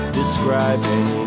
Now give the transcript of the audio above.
describing